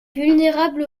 vulnérables